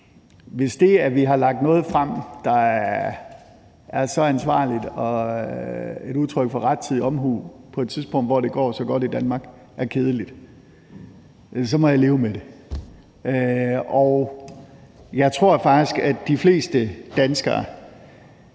hvis det, at vi har lagt noget frem, der er så ansvarligt og er et udtryk for rettidig omhu på et tidspunkt, hvor det går så godt i Danmark, er kedeligt, må jeg leve med det. Jeg tror faktisk, at de fleste danskere